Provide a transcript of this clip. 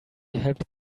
helped